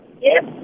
Yes